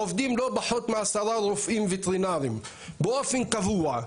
עובדים לא פחות מעשרה רופאים וטרינרים באופן קבוע.